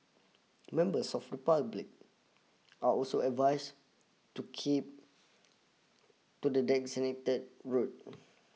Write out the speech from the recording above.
members of the public are also advised to keep to the designated route